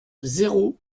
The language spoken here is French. zéro